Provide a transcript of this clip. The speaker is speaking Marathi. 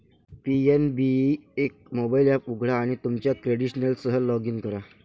पी.एन.बी एक मोबाइल एप उघडा आणि तुमच्या क्रेडेन्शियल्ससह लॉग इन करा